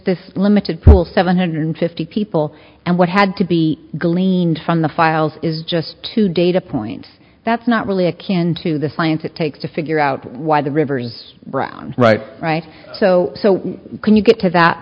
this limited pool seven hundred fifty people and what had to be gleaned from the files is just two data points that's not really akin to the science it takes to figure out why the rivers brown right right so can you get to that